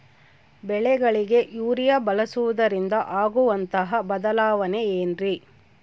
ಬೆಳೆಗಳಿಗೆ ಯೂರಿಯಾ ಬಳಸುವುದರಿಂದ ಆಗುವಂತಹ ಬದಲಾವಣೆ ಏನ್ರಿ?